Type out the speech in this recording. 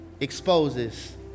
exposes